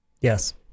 Yes